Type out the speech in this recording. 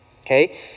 okay